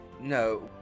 no